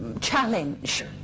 challenge